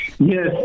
Yes